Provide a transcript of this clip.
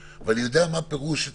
סיימת לקרוא את הסעיף הזה?